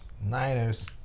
Niners